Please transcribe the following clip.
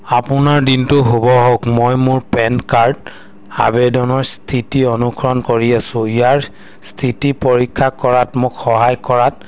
আপোনাৰ দিনটো শুভ হওক মই মোৰ পেন কাৰ্ড আবেদনৰ স্থিতি অনুসৰণ কৰি আছোঁ ইয়াৰ স্থিতি পৰীক্ষা কৰাত মোক সহায় কৰাত